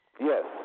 Yes